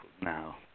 now